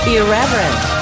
irreverent